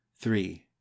Three